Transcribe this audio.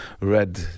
red